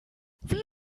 wie